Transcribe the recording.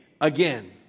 again